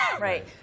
Right